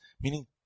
Meaning